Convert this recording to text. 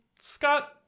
Scott